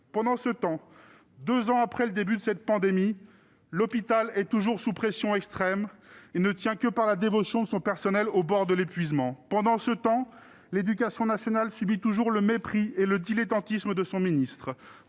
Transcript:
Pendant ce temps, deux ans après le début de cette pandémie, l'hôpital est toujours sous pression extrême et ne tient que par le dévouement de son personnel au bord de l'épuisement. Pendant ce temps, l'éducation nationale subit toujours le mépris et le dilettantisme de son ministre.